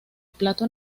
plato